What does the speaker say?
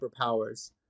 superpowers